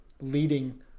leading